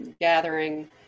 gathering